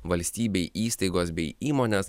valstybei įstaigos bei įmonės